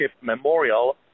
Memorial